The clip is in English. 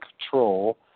control